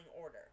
order